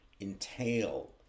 entail